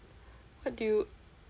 what do you